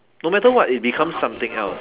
no matter what it becomes something else